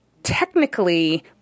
Technically